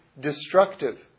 destructive